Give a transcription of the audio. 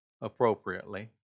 appropriately